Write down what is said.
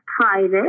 private